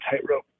tightrope